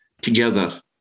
together